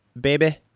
baby